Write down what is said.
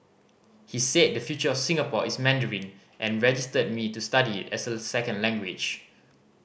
he said the future of Singapore is Mandarin and registered me to study it as a second language